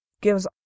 gives